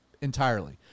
entirely